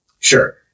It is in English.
Sure